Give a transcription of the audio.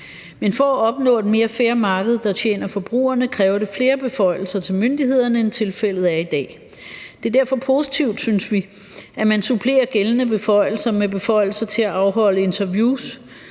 Men for at opnå et mere fair marked, der tjener forbrugerne, kræver det flere beføjelser til myndighederne, end tilfældet er i i dag. Det er derfor positivt, synes vi, at man supplerer gældende beføjelser med beføjelser til at afholde interviews,